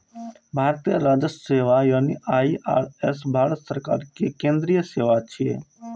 भारतीय राजस्व सेवा यानी आई.आर.एस भारत सरकार के केंद्रीय सेवा छियै